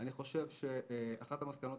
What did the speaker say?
אני חושב שאחת המסקנות,